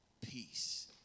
peace